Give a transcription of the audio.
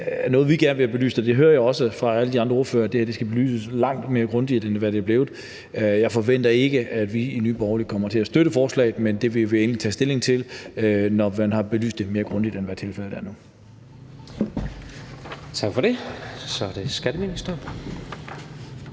noget, vi gerne vil have belyst, og jeg hører også fra alle de andre ordførere, at det her skal belyses langt mere grundigt, end hvad det er blevet. Jeg forventer ikke, at vi i Nye Borgerlige kommer til at støtte forslaget, men det vil vi endeligt tage stilling til, når man har belyst det lidt mere grundigt, end hvad tilfældet er nu.